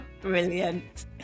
Brilliant